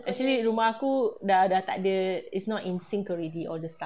actually rumah aku dah dah takde is not in sync already all the stuff